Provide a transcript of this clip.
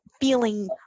feeling